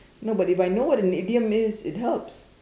no but if I know what an idiom means it helps